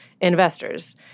investors